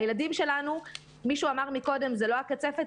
הילדים שלנו, מישהו אמר מקודם, זה לא הקצפת.